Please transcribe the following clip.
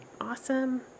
awesome